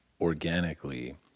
organically